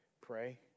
pray